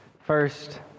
First